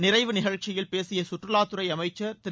நிறைவு நிகழ்ச்சியில் பேசிய கற்றுவாத்துறை அமைச்சர் திரு